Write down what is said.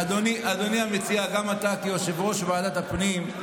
אדוני המציע, גם אתה כיושב-ראש ועדת הפנים,